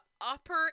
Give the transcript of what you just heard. upper